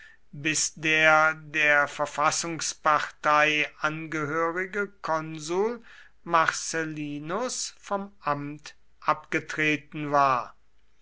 bis der der verfassungspartei angehörige konsul marcellinus vom amt abgetreten war